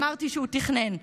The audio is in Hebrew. אמרתי שהוא תכנן.